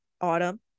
autumn